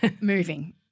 moving